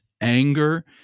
anger